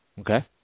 Okay